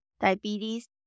diabetes